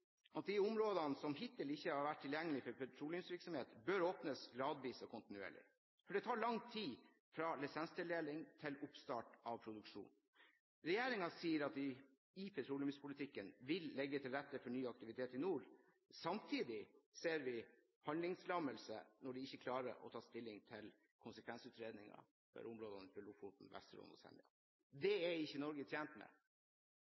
at de områdene som hittil ikke har vært tilgjengelig for petroleumsvirksomhet, bør åpnes gradvis og kontinuerlig, for det tar lang tid fra lisenstildeling til oppstart av produksjon. Regjeringen sier at den i petroleumspolitikken vil legge til rette for ny aktivitet i nord, men samtidig ser vi handlingslammelse når de ikke klarer å ta stilling til konsekvensutredningen for områdene utenfor Lofoten, Vesterålen og Senja. Det er ikke Norge tjent med,